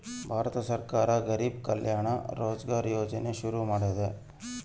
ಭಾರತ ಸರ್ಕಾರ ಗರಿಬ್ ಕಲ್ಯಾಣ ರೋಜ್ಗರ್ ಯೋಜನೆನ ಶುರು ಮಾಡೈತೀ